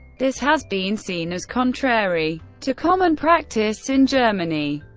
this has been seen as contrary to common practice in germany,